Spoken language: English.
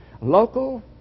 local